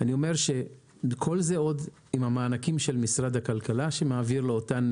אני אומר שכל זה עוד עם המענקים של משרד הכלכלה שמעביר לאותם